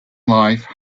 life